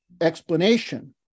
explanation